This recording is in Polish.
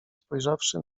spojrzawszy